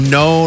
no